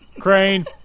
crane